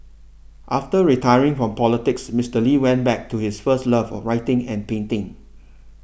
after retiring from politics Mister Lee went back to his first love of writing and painting